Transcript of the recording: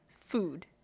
Food